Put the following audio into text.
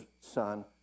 son